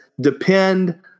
depend